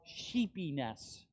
sheepiness